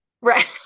Right